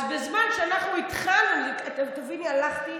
אז בזמן כשאנחנו התחלנו, תבין, הלכתי,